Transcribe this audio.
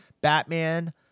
Batman